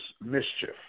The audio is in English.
mischief